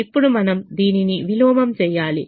ఇప్పుడు మనము దీనిని విలోమం చేయాలి